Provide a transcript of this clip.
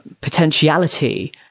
potentiality